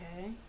Okay